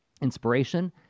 inspiration